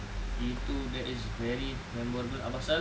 itu that is very memorable apasal